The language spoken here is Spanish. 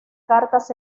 cartas